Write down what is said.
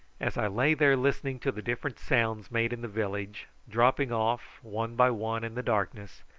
as i lay there listening to the different sounds made in the village dropping off one by one in the darkness,